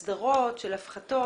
הסדרות, הפחתות?